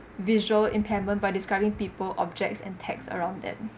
visual impairment by describing people objects and text around them